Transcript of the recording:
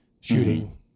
shooting